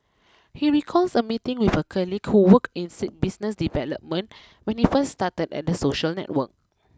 he recalls a meeting with a colleague who worked in business development when he first started at the social network